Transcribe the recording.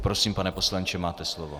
Prosím, pane poslanče, máte slovo.